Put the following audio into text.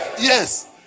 Yes